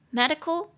，medical